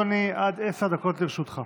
בבקשה, אדוני, עד עשר דקות לרשותך.